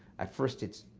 at first it's,